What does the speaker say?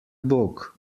bog